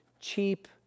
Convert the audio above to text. cheap